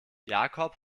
jakob